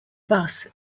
bus